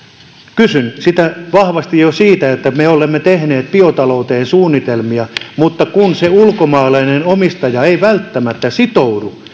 kysyn sitä vahvasti jo siksi että me olemme tehneet biotalouteen suunnitelmia mutta se ulkomaalainen omistaja ei välttämättä sitoudu